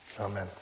Amen